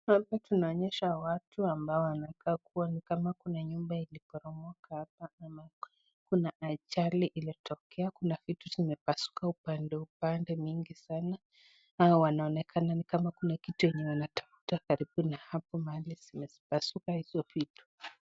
Hapa tumeonyeshwa watu ambao wanaonekana ni kama kuna nyumba iliboromoka hapa ama kuna ajali ilitokea kuna vitu imepaduka upande upande mingi sana, wao wanaonekana kuwa kuna kitu wanatafuta karibu hapa mahali imepaduka hizi vitu.